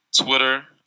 Twitter